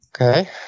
Okay